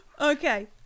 Okay